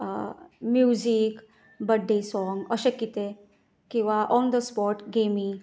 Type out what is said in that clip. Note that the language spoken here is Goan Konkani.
म्युजीक बड्डे साँग अशें कितेंय किंवा ऑन द स्पोर्ट गॅमीं